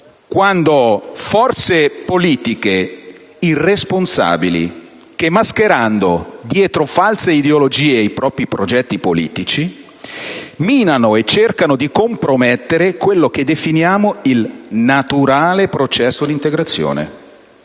quando forze politiche irresponsabili, mascherando dietro false ideologie i propri progetti politici, minano e cercano di compromettere quello che definiamo il naturale processo di integrazione.